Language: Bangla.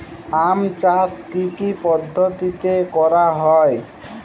আম চাষ কি কি পদ্ধতিতে করা হয়?